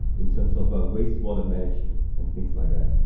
in terms of ah waste water management and things like that.